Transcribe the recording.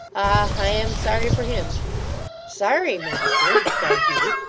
i am sorry for him sorry, master cried hugh.